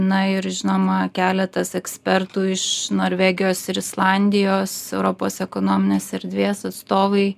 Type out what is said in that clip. na ir žinoma keletas ekspertų iš norvegijos ir islandijos europos ekonominės erdvės atstovai